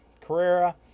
Carrera